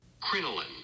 Crinoline